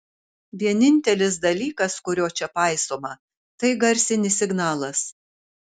vienintelis dalykas kurio čia paisoma tai garsinis signalas